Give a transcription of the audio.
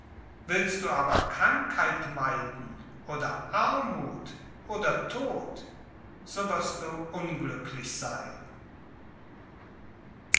willst du aber krankheit meiden oder armuth oder tod so wirst du unglücklich sein